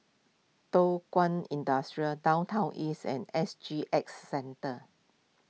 Thow Kwang Industry Downtown East and S G X Centre